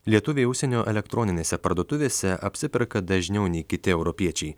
lietuviai užsienio elektroninėse parduotuvėse apsiperka dažniau nei kiti europiečiai